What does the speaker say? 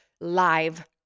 live